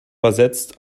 versetzt